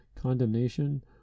condemnation